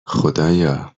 خدایا